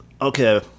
Okay